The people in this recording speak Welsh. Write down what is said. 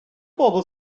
bobl